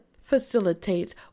facilitates